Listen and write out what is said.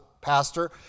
Pastor